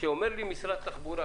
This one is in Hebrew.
כשאומר לי משרד התחבורה,